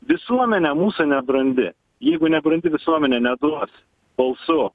visuomenė mūsų nebrandi jeigu nebrandi visuomenė neduos balsų